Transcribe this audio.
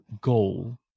goal